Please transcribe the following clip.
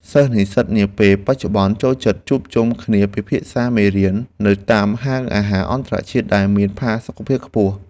សិស្សនិស្សិតនាពេលបច្ចុប្បន្នចូលចិត្តជួបជុំគ្នាពិភាក្សាមេរៀននៅតាមហាងអាហារអន្តរជាតិដែលមានផាសុកភាពខ្ពស់។